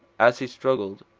as he struggled,